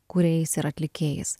kūrėjais ir atlikėjais